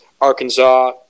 Arkansas